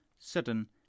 sudden